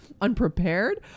unprepared